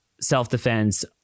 self-defense